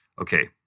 okay